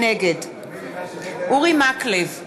נגד אורי מקלב,